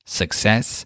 success